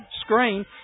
screen